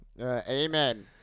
Amen